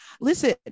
Listen